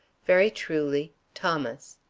very truly, thomas.